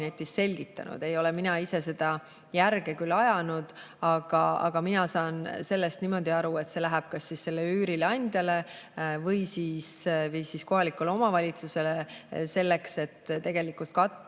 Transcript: selgitanud. Ei ole mina ise seda järge küll ajanud, aga mina saan sellest niimoodi aru, et see läheb kas sellele üürileandjale või kohalikule omavalitsusele, selleks et katta